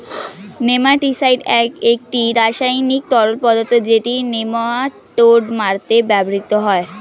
nematicide একটি রাসায়নিক তরল পদার্থ যেটি নেমাটোড মারতে ব্যবহৃত হয়